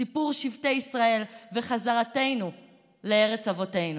סיפור שבטי ישראל וחזרתנו לארץ אבותינו,